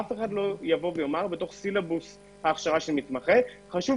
אף אחד לא יומר שבתוך סילבוס הכשרה של מתמחה חשוב